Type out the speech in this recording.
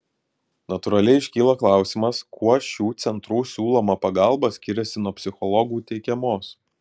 natūraliai iškyla klausimas kuo šių centrų siūloma pagalba skiriasi nuo psichologų teikiamos